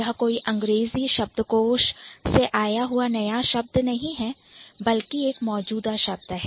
यह कोई अंग्रेजी शब्दकोश से आया हुआ नया शब्द नहीं है बल्कि एक मौजूदा शब्द है